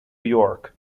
york